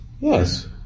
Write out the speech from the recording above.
Yes